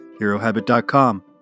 HeroHabit.com